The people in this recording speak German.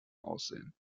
aussehen